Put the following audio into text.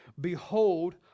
Behold